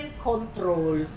control